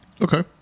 Okay